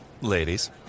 ladies